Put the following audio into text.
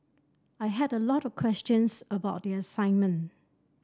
I had a lot of questions about the assignment